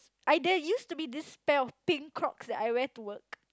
either used to be this pair of pink Crocs that I wear to work